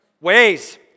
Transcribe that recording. ways